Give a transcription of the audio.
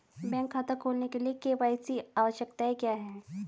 Bank खाता खोलने के लिए के.वाई.सी आवश्यकताएं क्या हैं?